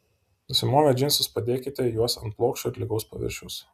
nusimovę džinsus padėkite juos ant plokščio ir lygaus paviršiaus